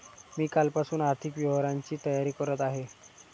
मी कालपासून आर्थिक व्यवहारांची तयारी करत आहे